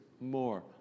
more